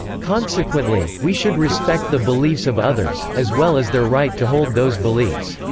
consequently, we should respect the beliefs of others, as well as their right to hold those beliefs.